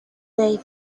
they